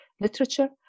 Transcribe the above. literature